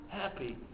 happy